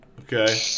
okay